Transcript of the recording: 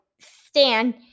stand